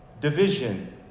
division